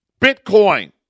Bitcoin